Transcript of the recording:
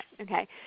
okay